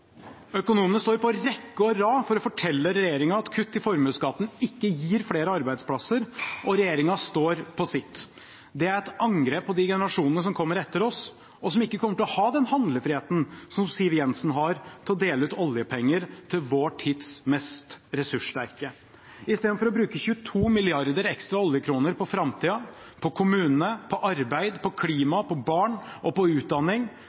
Økonomene står på rekke og rad for å fortelle regjeringen at kutt i formuesskatten ikke gir flere arbeidsplasser. Regjeringen står på sitt. Det er et angrep på de generasjonene som kommer etter oss, og som ikke kommer til å ha den handlefriheten som Siv Jensen har til å dele ut oljepenger til vår tids mest ressurssterke. Istedenfor å bruke 22 milliarder ekstra oljekroner på framtida, på kommunene, på arbeid, på klima, på barn og på utdanning